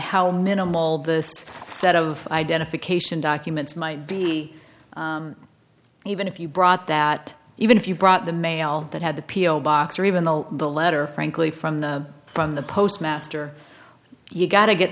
how minimal the set of identification documents might be even if you brought that even if you brought the mail that had the p o box or even though the letter frankly from the from the postmaster you gotta get